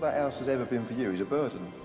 that house has ever been for you is a burden.